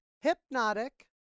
Hypnotic